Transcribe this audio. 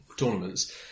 tournaments